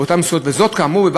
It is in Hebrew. וזאת לאור